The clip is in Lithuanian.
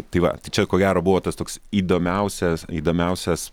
tai va tai čia ko gero buvo tas toks įdomiausias įdomiausias